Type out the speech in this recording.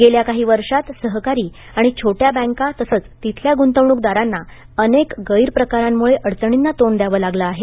गेल्या काही वर्षात सहकारी आणि छोट्या बँका तसच तिथल्या गुंतवणूकदारांना अनेक गैरप्रकारांमुळे अडचणींना तोंड द्यावं लागलं आहे